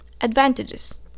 advantages